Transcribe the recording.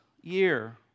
year